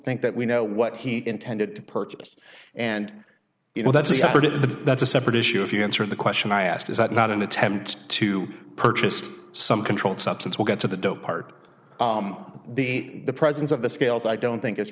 think that we know what he intended to purchase and you know that's a separate in the that's a separate issue if you answer the question i asked is that not an attempt to purchase some controlled substance will get to the dope part the the presence of the scales i don't think it's